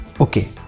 Okay